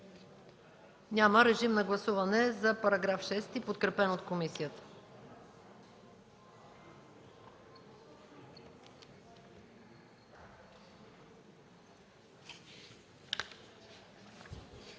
Няма. Режим на гласуване за § 6, подкрепен от комисията.